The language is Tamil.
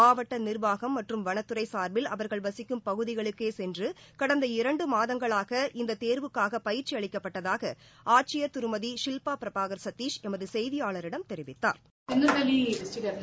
மாவட்ட நிர்வாகம் மற்றும் வன்ததுறை சார்பில் அவர்கள் வசிக்கும் பகுதிகளுக்கே சென்று கடந்த இரண்டு மாதங்களாக இந்த தேர்வுக்காக பயிற்சி அளிக்கப்பட்டதாக ஆட்சியர் திருமதி சிவ்பா பிரபாகள் சதிஷ் எமது செய்தியாளரிடம் தெரிவித்தாா்